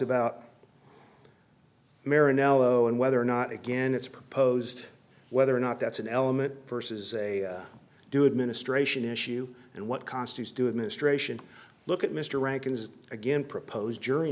nello and whether or not again it's proposed whether or not that's an element versus a due administration issue and what constitutes due administration look at mr rankin's again proposed jury